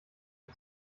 von